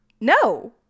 no